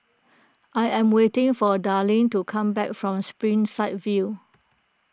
I am waiting for Darlyne to come back from Springside View